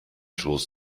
schoß